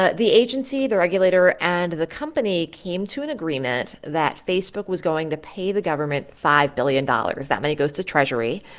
ah the agency, the regulator and the company came to an agreement that facebook was going to pay the government five billion dollars. that money goes to treasury.